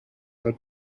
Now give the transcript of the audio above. had